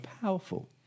powerful